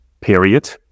period